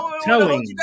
telling